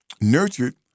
nurtured